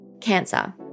Cancer